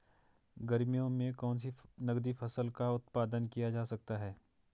गर्मियों में कौन सी नगदी फसल का उत्पादन किया जा सकता है?